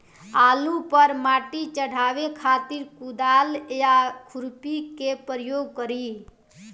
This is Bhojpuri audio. आलू पर माटी चढ़ावे खातिर कुदाल या खुरपी के प्रयोग करी?